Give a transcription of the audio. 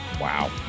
Wow